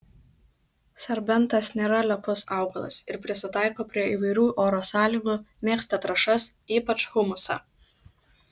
serbentas nėra lepus augalas ir prisitaiko prie įvairių oro sąlygų mėgsta trąšas ypač humusą